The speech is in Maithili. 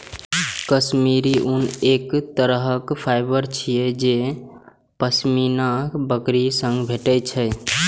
काश्मीरी ऊन एक तरहक फाइबर छियै जे पश्मीना बकरी सं भेटै छै